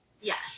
Yes